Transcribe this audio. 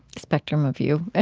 spectrum of you, ah